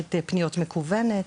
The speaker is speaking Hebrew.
מערכת פניות מקוונת,